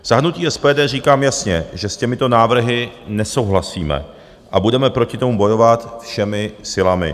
Za hnutí SPD říkám jasně, že s těmito návrhy nesouhlasíme a budeme proti tomu bojovat všemi silami.